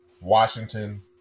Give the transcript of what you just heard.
Washington